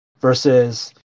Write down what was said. versus